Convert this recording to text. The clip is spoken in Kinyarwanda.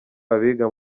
abiga